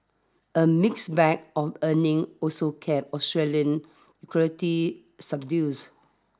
a mixed bag of earning also kept Australian equity subdue